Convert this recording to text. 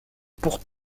pour